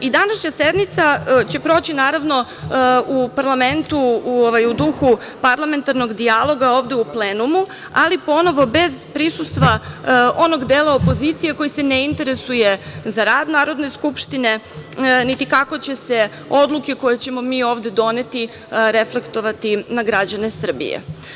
I današnja sednica će proći naravno u parlamentu u duhu parlamentarnog dijaloga ovde u plenumu, ali ponovo bez prisustva onog dela opozicije koji se ne interesuje za rad Narodne skupštine, niti kako će se odluke koje ćemo mi ovde doneti reflektovati na građane Srbije.